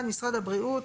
(1)משרד הבריאות,